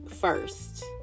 first